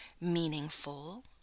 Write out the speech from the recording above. meaningful